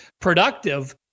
productive